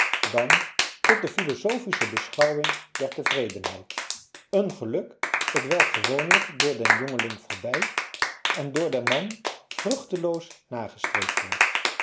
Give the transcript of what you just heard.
dan tot de philosophische beschouwing der tevredenheid een geluk t welk gewoonlijk door den jongeling voorbij en door den man vruchteloos nagestreefd wordt